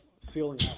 ceiling